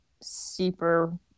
super